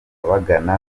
bagana